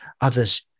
other's